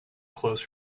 close